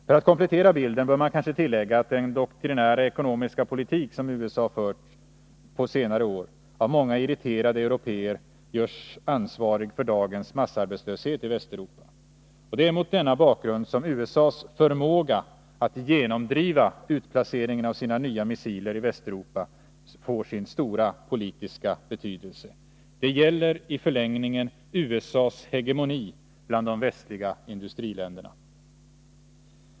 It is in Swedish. För att komplettera bilden bör man kanske tillägga att den doktrinära ekonomiska politik som USA fört på senare år av många irriterade européer görs ansvarig för dagens massarbetslöshet i Västeuropa. Det är mot denna bakgrund som USA:s förmåga att genomdriva utplaceringen av sina nya missiler i Västeuropa får sin stora politiska betydelse. Det gäller i förlängningen USA:s hegemoni bland de västliga industriländerna.